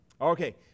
Okay